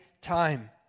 time